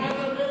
אתה נגד הנשים.